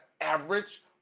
average